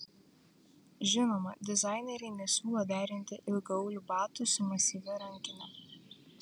žinoma dizaineriai nesiūlo derinti ilgaaulių batų su masyvia rankine